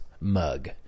mug